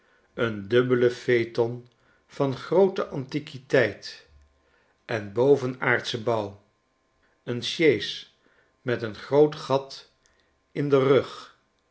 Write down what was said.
eeh dubbelen phaeton van groote antiquiteit en bovenaardschen bouw een sjees met een groot gat in r rug